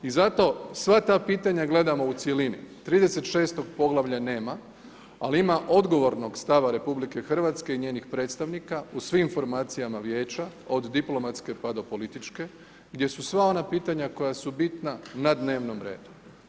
I zato sva ta pitanje gledamo u cjelini, 36. poglavlja nema ali ima odgovornog stava RH i njenih predstavnika u svim formacijama vijeća od diplomatske pa do političke, gdje su sva ona pitanja koja su bitna na dnevnom redu.